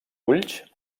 ulls